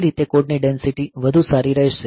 તે રીતે કોડની ડેંસિટી વધુ સારી રહેશે